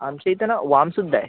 आमच्या इथे ना वामसुद्धा आहे